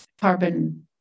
carbon